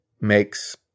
makes